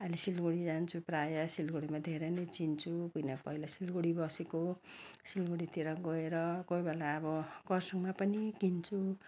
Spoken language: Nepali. अहिले सिलगडी जान्छु प्रायः सिलगडीमा धेरै नै चिन्छु किन पहिला सिलगडी बसेको हो सिलगडीतिर गएर कोही बेला अब कर्सियङमा पनि किन्छु